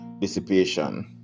dissipation